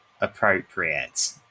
appropriate